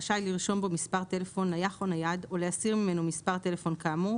רשאי לרשום בו מספר טלפון נייח או נייד או להסיר ממנו מספר טלפון כאמור,